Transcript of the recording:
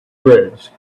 bridge